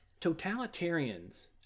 Totalitarians